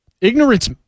Ignorance